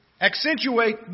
accentuate